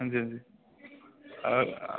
हां जी हां जी